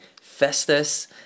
Festus